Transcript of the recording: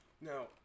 Now